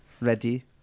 ready